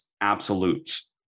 absolutes